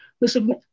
listen